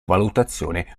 valutazione